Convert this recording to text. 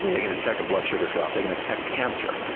they can detect a blood sugar drop. they can detect cancer.